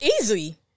Easy